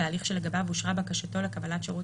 בהליך שלגביו אושרה בקשתו לקבלת שירות